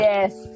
Yes